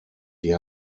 sie